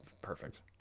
perfect